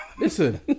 Listen